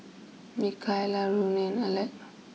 Mikaila Ronnie Aleck